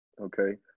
okay